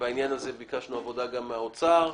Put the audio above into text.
בעניין הזה ביקשנו עבודה גם מהאוצר.